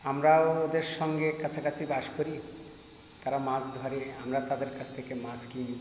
আমরাও ওদের সঙ্গে কাছাকাছি বাস করি তারা মাছ ধরে আমরা তাদের কাছ থেকে মাছ কিনি